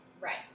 right